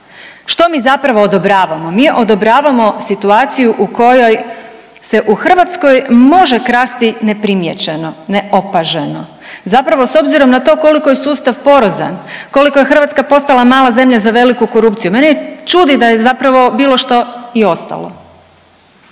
Što mi zapravo odobravamo? Mi odobravamo situaciju u kojoj se u Hrvatskoj može krasti neprimijećeno, neopaženo, zapravo s obzirom na to koliko je sustav porozan, koliko je Hrvatska postala zemlja za veliku korupciju. Mene čudi da je zapravo bilo što i ostalo.